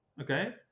okay